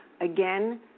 Again